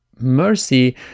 mercy